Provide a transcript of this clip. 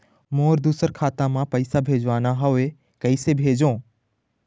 मोर दुसर खाता मा पैसा भेजवाना हवे, कइसे भेजों?